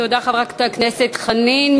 תודה, חברת הכנסת חנין.